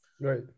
Right